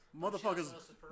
Motherfuckers